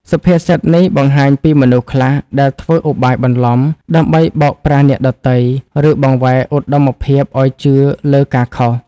សុភាសិតនេះបង្ហាញពីមនុស្សខ្លះដែលធ្វើឧបាយបន្លំ ដើម្បីបោកប្រាស់អ្នកដទៃ ឬបង្វែរឧត្តមភាពឲ្យជឿលើការខុស។